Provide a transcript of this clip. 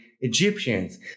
Egyptians